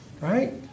Right